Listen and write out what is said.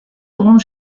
grand